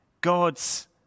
God's